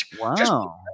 Wow